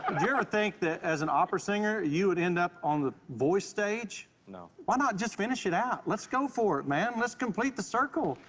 um you ever think that, as an opera singer, you would end up on the voice stage? no. why not just finish it out? let's go for it, man. let's complete the circle.